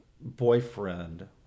boyfriend